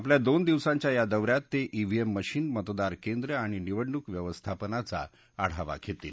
आपल्या दोन दिवसांच्या या दौ यात ते ईव्हीएम मशीन मतदारकेंद्र आणि निवडणूक व्यवस्थापनाचा आढावा घेतील